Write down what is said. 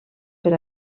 per